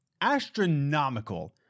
astronomical